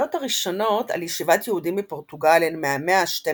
הידיעות הראשונות על ישיבת יהודים בפורטוגל הן מהמאה ה-12